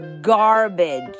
garbage